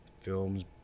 films